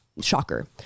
Shocker